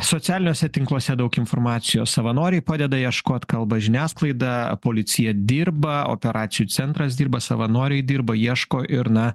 socialiniuose tinkluose daug informacijos savanoriai padeda ieškot kalba žiniasklaida policija dirba operacijų centras dirba savanoriai dirba ieško ir na